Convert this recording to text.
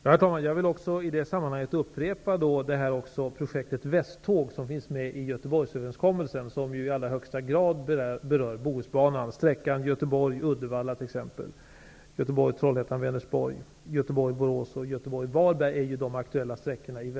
Herr talman! Jag vill i detta sammanhang upprepa det som jag har sagt om projektet Västtåg, som finns med i Göteborgsöverenskommelsen. Det berör i allra högsta grad Bohusbanan, sträckorna Varberg är de aktuella sträckorna i